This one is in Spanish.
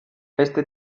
este